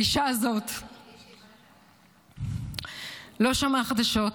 "האישה הזו לא שמעה חדשות,